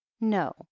No